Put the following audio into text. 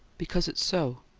because it's so.